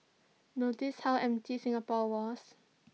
notice how empty Singapore was